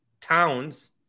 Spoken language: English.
towns